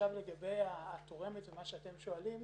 עכשיו לגבי התורמת ומה שאתם שואלים.